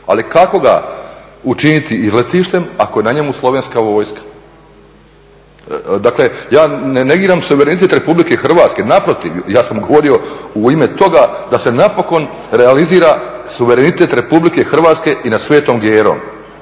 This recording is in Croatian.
Ali kako ga učiniti izletištem ako je na njemu slovenska vojska? Dakle, ja ne negiram suverenitet Republike Hrvatske, naprotiv. Ja sam govorio u ime toga da se napokon realizira suverenitet Republike Hrvatske i nad Svetom Gerom